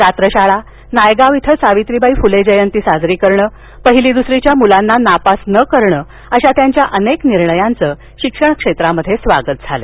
रात्र शाळा नायगाव इथं सावित्रीबाई फुले जयंती साजरी करणं पहिली दुसरीच्या मुलांना नापास न करणं अशा त्यांच्या अनेक निर्णयांच शिक्षण क्षेत्रात स्वागत झालं